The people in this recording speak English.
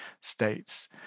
states